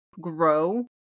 grow